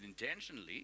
intentionally